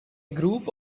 group